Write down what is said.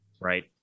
right